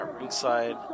Inside